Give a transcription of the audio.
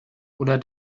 oder